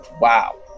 wow